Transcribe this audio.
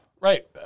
Right